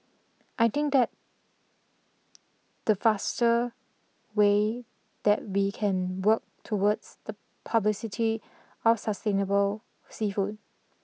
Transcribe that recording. I think that the faster way that we can work towards the publicity of sustainable seafood